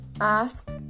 ask